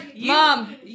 Mom